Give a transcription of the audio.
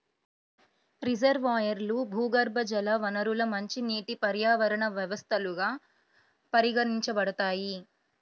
రిజర్వాయర్లు, భూగర్భజల వనరులు మంచినీటి పర్యావరణ వ్యవస్థలుగా పరిగణించబడతాయి